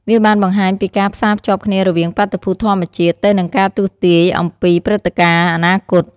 វាបានបង្ហាញពីការផ្សារភ្ជាប់គ្នារវាងបាតុភូតធម្មជាតិ ទៅនឹងការទស្សន៍ទាយអំពីព្រឹត្តិការណ៍អនាគត។